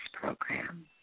program